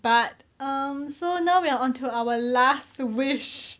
but um so now we are onto our last wish